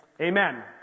amen